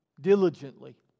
diligently